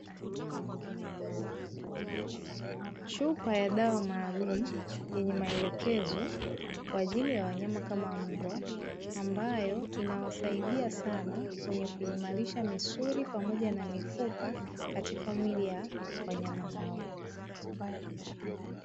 Chupa ya dawa maalumu yenye maelekezo kwa ajili ya wanyama kama mbwa ambayo inawasaidia sana kwenye kuimarisha misuli pamoja na mifupa katika mwili wa wanyama hao.